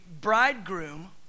bridegroom